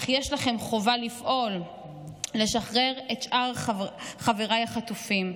אך יש לכם חובה לפעול לשחרר את שאר חבריי החטופים.